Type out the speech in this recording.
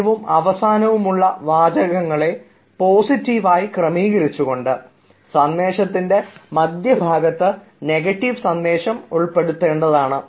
ആദ്യവും അവസാനവുമുള്ള വാചകങ്ങളെ പോസിറ്റീവായി ക്രമീകരിച്ചുകൊണ്ട് സന്ദേശത്തിൻറെ മധ്യഭാഗത്ത് നെഗറ്റീവ് സന്ദേശം ഉൾപ്പെടുത്തേണ്ടതാണ്